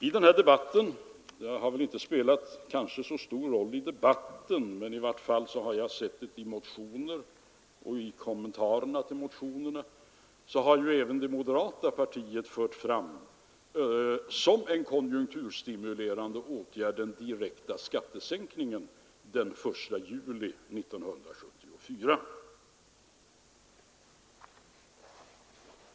I debatten har även moderata samlingspartiet som konjunkturstimulerande åtgärd framfört förslag om direkt skattesänkning den 1 juli 1974 — saken har kanske inte spelat så stor roll i själva debatten, men jag har sett förslaget i motioner och i kommentarer till dessa.